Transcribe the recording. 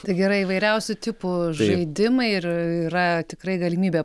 taigi yra įvairiusių tipų žaidimai ir yra tikrai galimybė